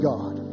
God